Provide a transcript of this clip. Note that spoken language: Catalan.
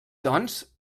doncs